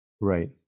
Right